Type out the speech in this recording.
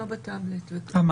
יש בעיות בטאבלט, אדוני היושב-ראש.